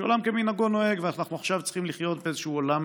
שעולם כמנהגו נוהג ושאנחנו עכשיו צריכים לחיות באיזשהו עולם